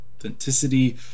authenticity